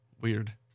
weird